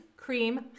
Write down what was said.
Cream